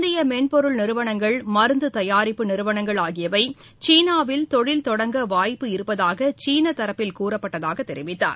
இந்தியமென்பொருள் நிறுவனங்கள் மருந்துதயாரிப்பு நிறுவனங்கள் ஆகியவைசீனாவில் தொழில் தொடங்க வாய்ப்பு இருப்பதாகசீனத் தரப்பில் கூறப்பட்டதாகத் தெரிவித்தார்